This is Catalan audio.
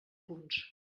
punts